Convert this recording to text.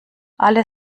alle